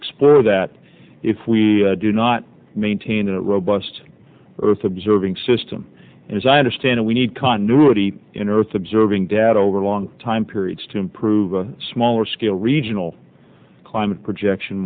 explorer that if we do not maintain a robust earth observing system as i understand it we need continuity in earth observing data over long time periods to improve a smaller scale regional climate projection